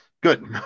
Good